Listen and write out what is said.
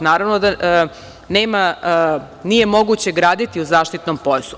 Naravno da nije moguće graditi u zaštitnom pojasu.